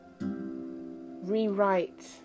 rewrite